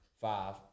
five